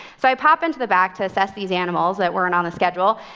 so i pop into the back to assess these animals that weren't on the schedule.